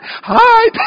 Hi